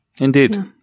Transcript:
indeed